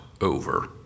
over